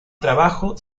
trabajo